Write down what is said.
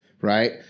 Right